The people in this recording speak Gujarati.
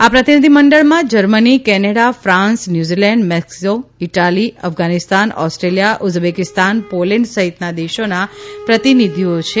આ પ્રતિનિધિમંડળમાં Germany Canada France New Zealand Mexico Italy Afghanistan Austria Uzbekistan Poland સફીતના દેશોના પ્રતિનિધિઓ છે